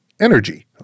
energy